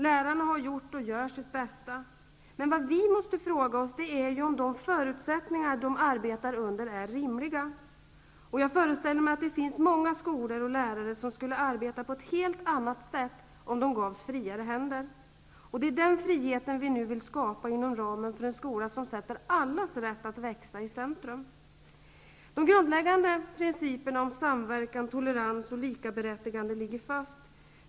Lärarna har gjort och gör sitt bästa. Vad vi måste fråga oss är om de förutsättningar de arbetar under är rimliga. Jag föreställer mig att det finns många skolor och lärare som skulle arbeta på ett helt annat sätt om de gavs friare händer. Det är den friheten vi nu vill skapa inom ramen för en skola som sätter allas rätt att växa i centrum. De grundläggande principerna om samverkan, tolerans och likaberättigande ligger fast.